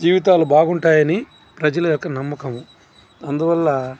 జీవితాలు బాగుంటాయని ప్రజల యొక్క నమ్మకం అందువల్ల